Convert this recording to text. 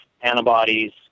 antibodies